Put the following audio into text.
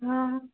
हँ